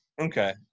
Okay